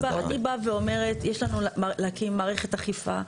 אני באה ואומרת, יש לנו להקים מערכת אכיפה.